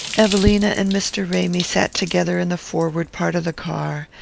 evelina and mr. ramy sat together in the forward part of the car,